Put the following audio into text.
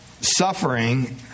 suffering